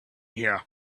here